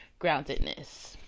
groundedness